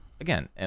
again